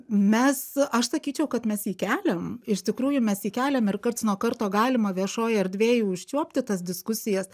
mes aš sakyčiau kad mes jį keliam iš tikrųjų mes jį keliam ir karts nuo karto galima viešoj erdvėj užčiuopti tas diskusijas